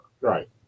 Right